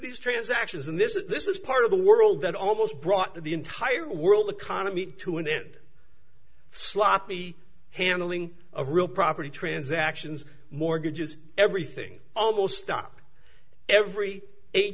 these transactions and this is this is part of the world that almost brought the entire world economy to an end sloppy handling of real property transactions mortgages everything almost stop every